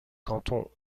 canton